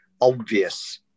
obvious